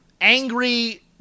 angry